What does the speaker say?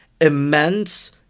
immense